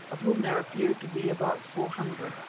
of whom there appeared to be about four hundred,